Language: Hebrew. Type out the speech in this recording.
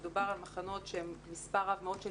מדובר על מחנות שהם מספר רב מאוד של